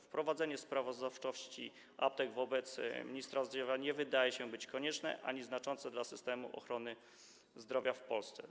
Wprowadzenie sprawozdawczości aptek wobec ministra zdrowia nie wydaje się konieczne ani znaczące dla systemu ochrony zdrowia w Polsce.